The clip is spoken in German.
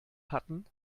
hatten